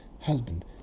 Husband